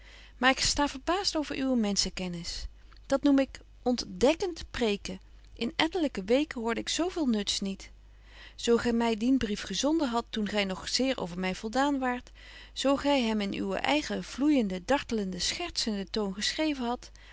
maar ik sta verbaast over uwe menschenkennis dat noem betje wolff en aagje deken historie van mejuffrouw sara burgerhart ik ontdekkent preeken in ettelyke weken hoorde ik zo veel nuts niet zo gy my dien brief gezonden hadt toen gy nog zeer over my voldaan waart zo gy hem in uwen eigen vloeijenden dartelenden schertsenden toon geschreven hadt